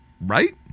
Right